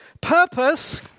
Purpose